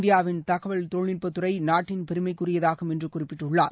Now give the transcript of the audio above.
இந்தியாவின் தகவல் தொழில்நுட்பதுறைநாட்டின் பெருமைக்குரியதாகும் என்றுகுறிப்பிட்டுள்ளார்